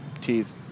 teeth